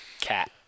Cat